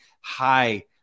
high